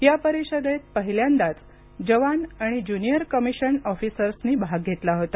या परिषदेत पहिल्यांदाच जवान तसंच ज्यूनिअर कमिशन्ड ऑफिसर्सनी भाग घेतला होता